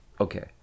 okay